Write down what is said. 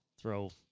throw